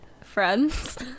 Friends